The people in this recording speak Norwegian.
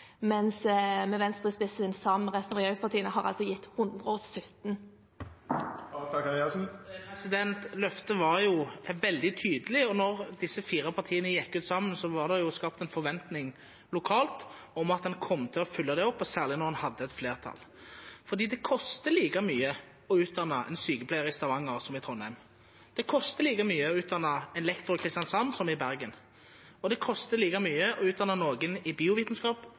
mens med Venstre i spissen sammen med resten av regjeringspartiene har man altså gitt 117. Løftet var jo veldig tydelig, og da disse fire partiene gikk sammen, var det skapt en forventning lokalt om at en kom til å oppfylle det, særlig når en hadde et flertall. For det koster like mye å utdanne en sykepleier i Stavanger som i Trondheim, det koster like mye å utdanne en lektor i Kristiansand som i Bergen, og det koster like mye å utdanne noen i biovitenskap